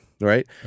right